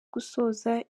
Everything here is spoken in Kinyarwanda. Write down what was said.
gusoza